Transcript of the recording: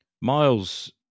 Miles